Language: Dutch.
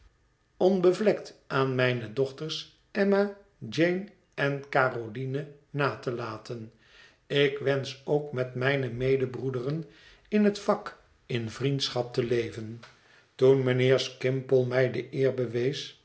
onbevlekt aan mijne dochters emma jane en caroline na te laten ik wensch ook met mijne medebroederen in het vak in vriendschap te leven toen mijnheer skimpole mij de eer bewees